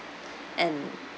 and